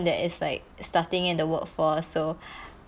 that is like starting in the workforce so